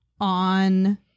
on